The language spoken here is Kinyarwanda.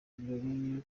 ibirori